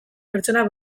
pertsona